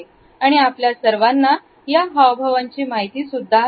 आणि आपल्या सर्वांना या हावभावांची माहिती सुद्धा आहे